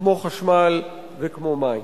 כמו חשמל וכמו מים.